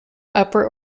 upper